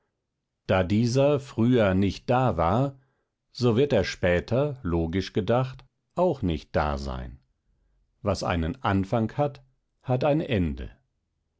da dieser früher nicht da war so wird er später logisch gedacht auch nicht da sein was einen anfang hat hat ein ende